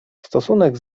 stosunek